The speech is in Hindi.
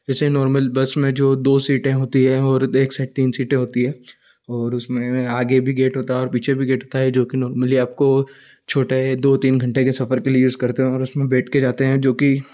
जैसे नॉर्मल बस में जो दो सीटें होती है और एक साइड तीन सीटें होती हैं और उसमें आगे भी गेट होता है पीछे भी गेट होता है जो की नॉर्मली आपको छोटा या दो तीन घंटे की सफर के लिए यूज करते हैं और उसमें बैठ कर जाते हैं जो की